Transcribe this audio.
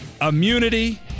Immunity